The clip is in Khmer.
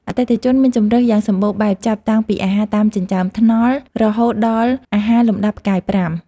អតិថិជនមានជម្រើសយ៉ាងសម្បូរបែបចាប់តាំងពីអាហារតាមចិញ្ចើមថ្នល់រហូតដល់អាហារលំដាប់ផ្កាយប្រាំ។